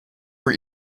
were